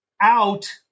out